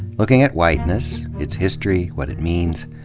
looking at whiteness its history, what it means,